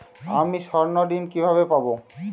আমি স্বর্ণঋণ কিভাবে পাবো?